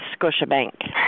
Scotiabank